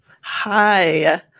Hi